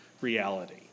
reality